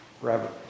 forever